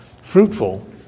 fruitful